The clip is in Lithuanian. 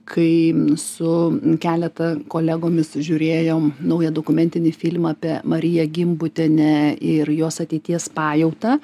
kai m su keletą kolegomis žiūrėjom naują dokumentinį filmą apie mariją gimbutienę ir jos ateities pajautą